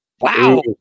Wow